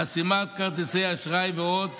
חסימת כרטיסי אשראי ועוד.